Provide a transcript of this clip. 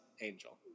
angel